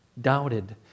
Doubted